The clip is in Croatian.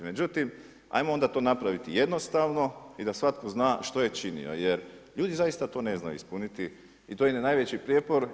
Međutim, hajmo onda to napraviti jednostavno i da svatko zna što je činio, jer ljudi zaista to ne znaju ispuniti i to im je najveći prijepor.